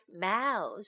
mouse